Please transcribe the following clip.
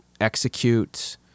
execute